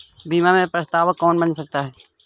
बीमा में प्रस्तावक कौन बन सकता है?